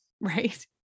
Right